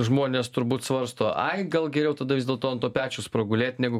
žmonės turbūt svarsto ai gal geriau tada vis dėl to ant pečiaus pragulėt negu